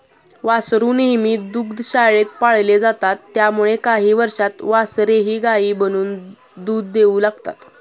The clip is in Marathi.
वासरू नेहमी दुग्धशाळेत पाळले जातात त्यामुळे काही वर्षांत वासरेही गायी बनून दूध देऊ लागतात